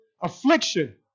affliction